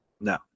No